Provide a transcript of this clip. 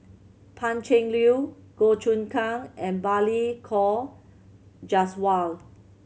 Pan Cheng Lui Goh Choon Kang and Balli Kaur Jaswal